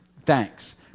thanks